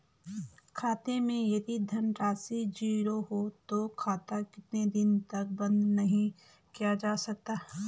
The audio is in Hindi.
खाते मैं यदि धन राशि ज़ीरो है तो खाता कितने दिन तक बंद नहीं किया जा सकता?